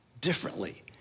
differently